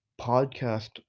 podcast